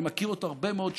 אני מכיר אותו הרבה מאוד שנים,